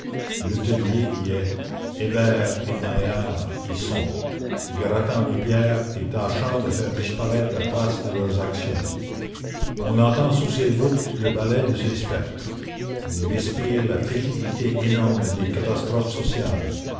letellier y est hébert et maillard y sont grattant les pierres et tâchant de faire disparaître la trace de leurs actions on entend sous ces voûtes le balai de ces spectres on y respire la fétidité énorme des catastrophes sociales